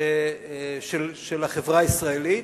של החברה הישראלית.